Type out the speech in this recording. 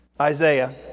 Isaiah